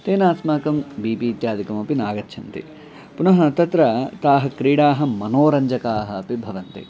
तेन अस्माकं बिपि इत्यादिकमपि नागच्छन्ति पुनः तत्र ताः क्रीडाः मनोरञ्जकाः अपि भवन्ति